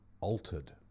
altered